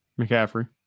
McCaffrey